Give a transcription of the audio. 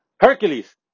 Hercules